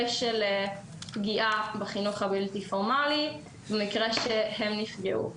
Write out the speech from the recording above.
של פגיעה בחינוך הבלתי פורמלי במקרה שהם נפגעו.